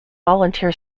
volunteer